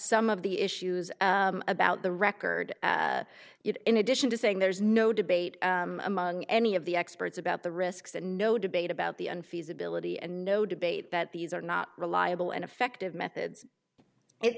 some of the issues about the record in addition to saying there is no debate among any of the experts about the risks and no debate about the and feasibility and no debate that these are not reliable and effective methods it